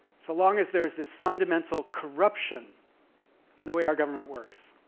so long as there's this fundamental corruption in the way our government works?